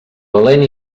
valent